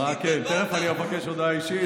כן, תכף אני אבקש הודעה אישית.